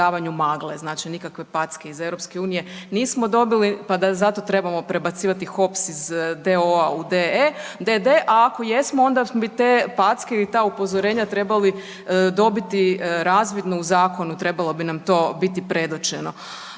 znači nikakve packe iz EU nismo dobili pa da za to trebamo prebacivati HOPS iz d.o.o. u d.d., a ako jesmo onda bi te packe ili ta upozorenja trebali dobiti razvidno u zakonu, trebalo bi nam to biti predočeno.